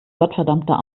gottverdammter